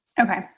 Okay